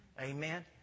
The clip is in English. Amen